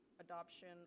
adoption